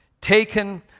Taken